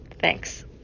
Thanks